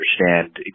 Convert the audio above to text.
understand